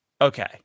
Okay